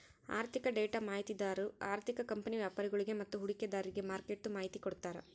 ಆಋಥಿಕ ಡೇಟಾ ಮಾಹಿತಿದಾರು ಆರ್ಥಿಕ ಕಂಪನಿ ವ್ಯಾಪರಿಗುಳ್ಗೆ ಮತ್ತೆ ಹೂಡಿಕೆದಾರ್ರಿಗೆ ಮಾರ್ಕೆಟ್ದು ಮಾಹಿತಿ ಕೊಡ್ತಾರ